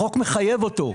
החוק מחייב אותו,